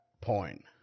point